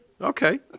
Okay